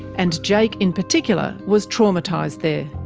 and jake in particular was traumatised there.